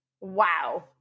Wow